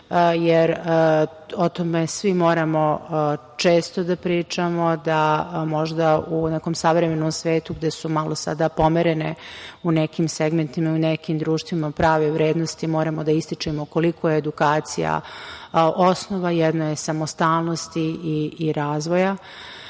jer o tome svi moramo često da pričamo, da možda u nekom savremenom svetu gde su malo sada pomerene u nekim segmentima, u nekim društvima prave vrednosti, moramo da ističemo koliko je edukacija osnova jedne samostalnosti i razvoja. Kada